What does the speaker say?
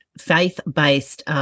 faith-based